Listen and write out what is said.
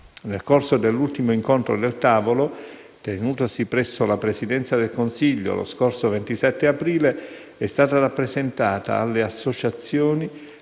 Nel corso dell'ultimo incontro del tavolo, tenutosi presso la Presidenza del Consiglio lo scorso 27 aprile, è stata rappresentata alle associazioni